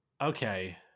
okay